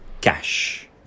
Cash